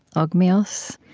ogmios.